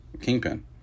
Kingpin